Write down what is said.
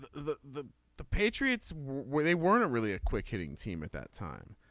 the the the patriots where they weren't really a quick hitting team at that time.